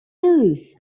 lose